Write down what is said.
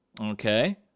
Okay